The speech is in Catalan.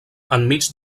enmig